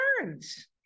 turns